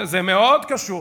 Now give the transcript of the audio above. זה מאוד קשור.